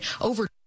over